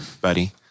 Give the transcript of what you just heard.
buddy